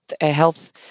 Health